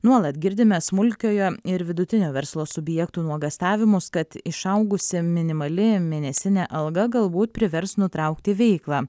nuolat girdime smulkiojo ir vidutinio verslo subjektų nuogąstavimus kad išaugusi minimali mėnesinė alga galbūt privers nutraukti veiklą